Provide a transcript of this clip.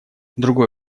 другой